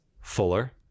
fuller